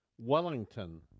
Wellington